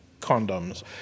condoms